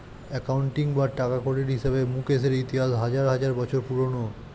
accounting বা টাকাকড়ির হিসেবে মুকেশের ইতিহাস হাজার হাজার বছর পুরোনো